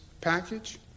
package